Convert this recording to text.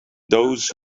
those